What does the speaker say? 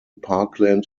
parkland